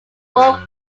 warp